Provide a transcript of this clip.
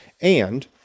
And